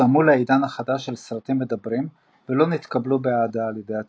הותאמו לעידן החדש של סרטים מדברים ולא נתקבלו באהדה על ידי הציבור.